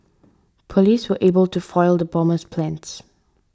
police were able to foil the bomber's plans